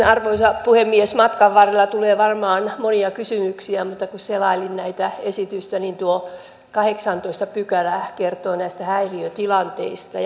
arvoisa puhemies matkan varrella tulee varmaan monia kysymyksiä mutta kun selailin tätä esitystä niin tuo kahdeksastoista pykälä kertoo näistä häiriötilanteista